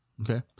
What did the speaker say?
Okay